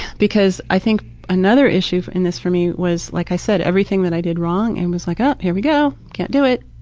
because i think another issue in this for me, like i said, everything that i did wrong, and was like, oh, here we go. can't do it.